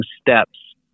steps